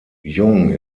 jung